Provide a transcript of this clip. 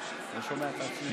אני לא שומע את עצמי.